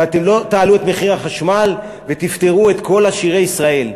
ואתם לא תעלו את מחיר החשמל ותפטרו את כל עשירי ישראל.